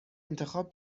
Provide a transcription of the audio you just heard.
انتخاب